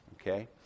okay